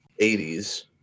80s